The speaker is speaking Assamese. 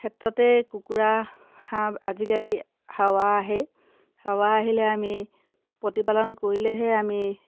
ক্ষেত্ৰতে কুকুৰা হাঁহ আজিকালি হাৱা আহেই হাৱা আহিলে আমি প্ৰতিপালন কৰিলেহে আমি